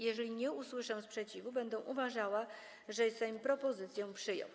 Jeżeli nie usłyszę sprzeciwu, będę uważała, że Sejm propozycję przyjął.